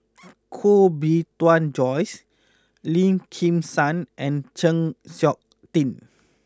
Koh Bee Tuan Joyce Lim Kim San and Chng Seok Tin